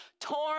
torn